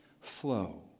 Flow